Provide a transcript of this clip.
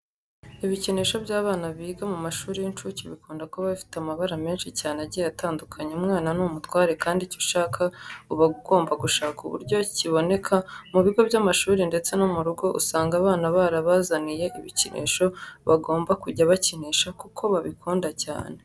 Ibikinisho by'abana biga mu mashuri y'inshuke bikunda kuba bifite amabara menshi cyane agiye atandukanye. Umwana ni umutware kandi icyo ushaka uba ugomba gushaka uburyo kiboneka. Mu bigo by'amashuri ndetse no mu rugo usanga abana barabazaniye ibikinisho bagomba kujya bakinisha kuko babikunda cyane.